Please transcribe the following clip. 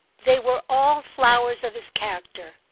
they were all flowers of his character,